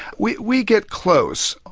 we we get close.